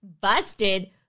busted